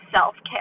self-care